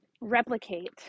replicate